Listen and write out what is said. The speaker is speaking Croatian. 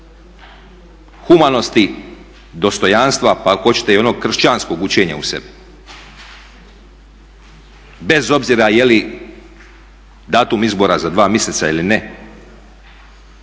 humanosti, dostojanstva, pa ako hoćete i onog kršćanskog učenja u sebi bez obzira jeli datum izbora za dva mjeseca ili ne